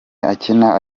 akina